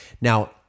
Now